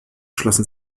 schlossen